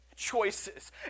choices